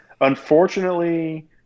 unfortunately